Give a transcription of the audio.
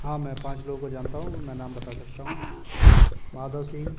हाँ मैं पाँच लोगों को जानता हूँ मैं नाम बता सकता हूँ माधव सिंग